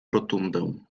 rotundę